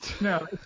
No